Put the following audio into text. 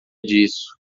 disso